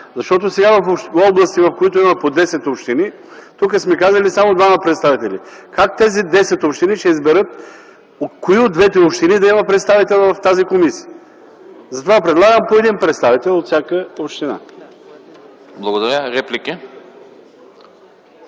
Защото сега в области, в които има по десет общини, тук сме казали само „двама представители”. Как тези десет общини ще изберат от кои от двете общини да има представител в тази комисия? Затова предлагам „по един представител от всяка община”.